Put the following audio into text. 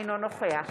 אינו נוכח